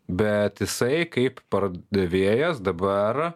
bet jisai kaip pardavėjas dabar